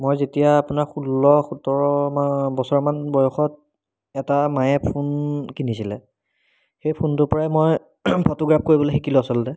মই যেতিয়া আপোনাৰ ষোল্ল সোতৰমান বছৰমান বয়সত এটা মায়ে ফোন কিনিছিলে সেই ফোনটোৰ পৰাই মই ফটোগ্ৰাফ কৰিবলৈ শিকিলোঁ আচলতে